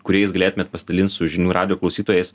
kuriais galėtumėt pasidalint su žinių radijo klausytojais